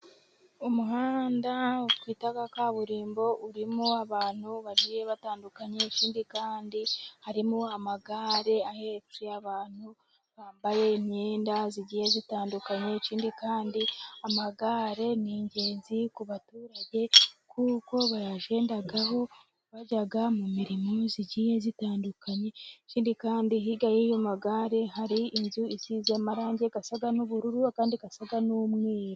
Umuhanda twita kaburimbo urimo abantu bagiye batandukanye, ikindi kandi harimo amagare ahetse abantu bambaye imyenda igiye zitandukanye, ikindi kandi amagare ni ingenzi ku baturage, kuko bayagendaho bajya mu mirimo igiye zitandukanye, ikindi kandi hirya y'ayo magare hari inzu isize amarange asa n'ubururu n'ayandi asa n'umweru.